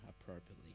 appropriately